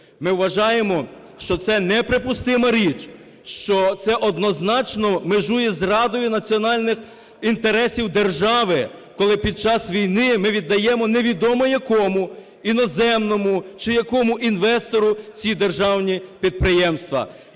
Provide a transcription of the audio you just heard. Ми вважаємо, що це неприпустима річ, що це однозначно межує із зрадою національних інтересів держави, коли під час війни ми віддаємо не відомо якому, іноземному чи якому інвестору ці державні підприємства...